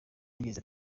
yagize